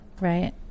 Right